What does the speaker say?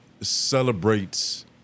celebrates